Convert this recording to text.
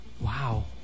Wow